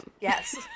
Yes